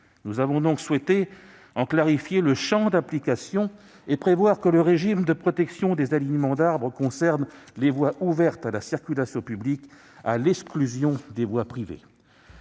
Nous avons donc souhaité en clarifier le champ d'application et prévoir que le régime de protection des alignements d'arbres concerne les « voies ouvertes à la circulation publique, à l'exclusion des voies privées